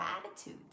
gratitude